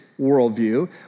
worldview